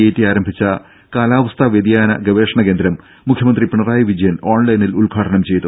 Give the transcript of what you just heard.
I T ആരംഭിച്ച കാലാവസ്ഥാ വ്യതിയാന ഗവേഷണ കേന്ദ്രം മുഖ്യമന്ത്രി പിണറായി വിജയൻ ഓൺലൈനിൽ ഉദ്ഘാടനം ചെയ്തു